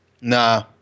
Nah